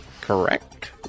Correct